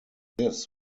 this